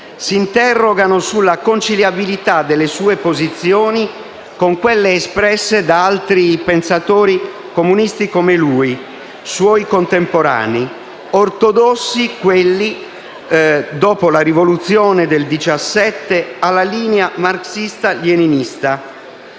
si interrogano sulla conciliabilità delle sue posizioni con quelle espresse da altri pensatori comunisti come lui, suoi contemporanei, ortodossi, quelli dopo la rivoluzione del 1917, alla linea marxista-leninista.